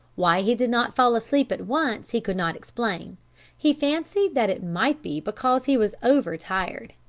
why he did not fall asleep at once he could not explain he fancied that it might be because he was overtired.